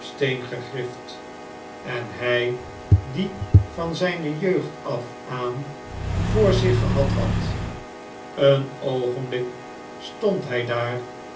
steen gegrift en hij die van zijne jeugd af aan voor zich gehad had een oogenblik stond hij daar